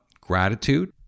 gratitude